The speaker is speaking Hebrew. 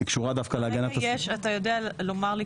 אתה יודע לומר לי